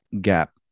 gap